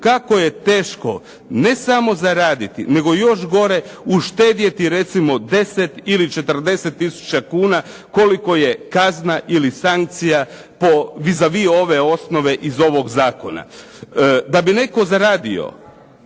kako je teško ne samo zaraditi, nego još gore uštedjeti recimo 10 ili 40 tisuća kuna koliko je kazna ili sankcija po vis a vis ove osnove iz ovog zakona. Da bi netko zaradio